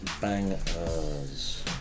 bangers